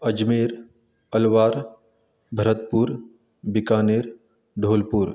Ajmer Alwar Bharatpur Bikaner Dholpur